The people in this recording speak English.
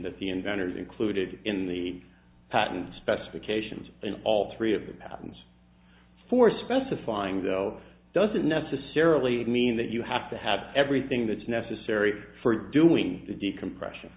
that the inventor is included in the patent specifications in all three of the patents for specifying though doesn't necessarily mean that you have to have everything that's necessary for doing the decompression